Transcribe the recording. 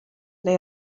neu